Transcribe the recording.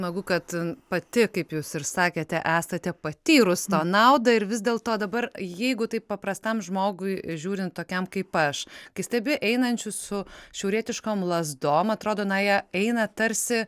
smagu kad pati kaip jūs ir sakėte esate patyrus to naudą ir vis dėlto dabar jeigu taip paprastam žmogui žiūrint tokiam kaip aš kai stebi einančius su šiaurietiškom lazdom atrodo na jie eina tarsi